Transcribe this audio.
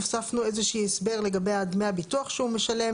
הוספנו איזשהו הסבר לגבי דמי הביטוח שהוא משלם